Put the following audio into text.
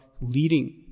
leading